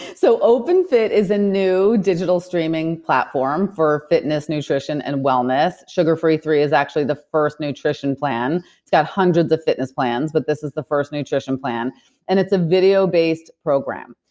so, open fit is a new digital streaming platform for fitness, nutrition and wellness. sugar free three is actually the first nutrition plan. it got hundreds of fitness plans, but this is the first nutrition plan and it's a video based program.